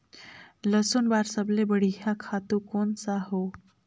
लसुन बार सबले बढ़िया खातु कोन सा हो?